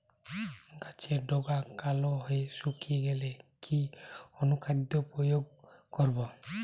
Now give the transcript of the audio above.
গাছের ডগা কালো হয়ে শুকিয়ে গেলে কি অনুখাদ্য প্রয়োগ করব?